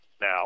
Now